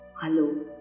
Hello